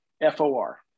F-O-R